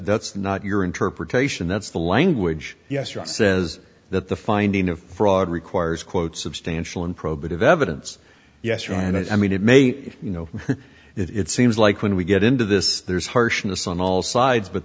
that's not your interpretation that's the language yes ross says that the finding of fraud requires quote substantial and probative evidence yes or no and i mean it may be you know it seems like when we get into this there's harshness on all sides but